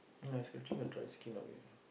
ya I scratching the dry skin away